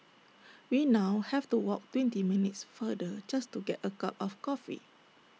we now have to walk twenty minutes farther just to get A cup of coffee